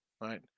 right